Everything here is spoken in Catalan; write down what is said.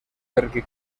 perquè